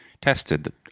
Tested